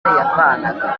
yavanaga